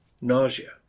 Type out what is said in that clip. nausea